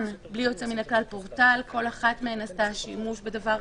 כולן עושות שימוש בזה.